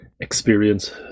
experience